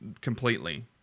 completely